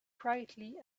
quietly